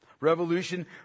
Revolution